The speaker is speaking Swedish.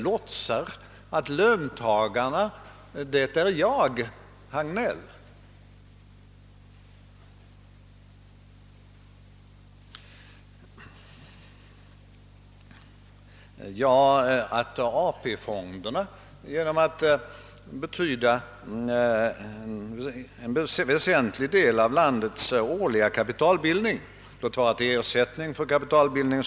Häri ligger ett av de stora misstagen. En smidigt arbetande kapitalmarknad kan inte skapas med en ringa kapitaltillgång.